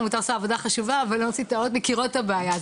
העמותה עושה עבודה חשובה אבל האוניברסיטאות מכירות את הבעיה,